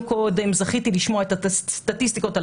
זכיתי לשמוע קודם את הסטטיסטיקות על